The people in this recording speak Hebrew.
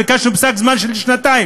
ביקשנו פסק זמן של שנתיים,